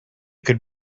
could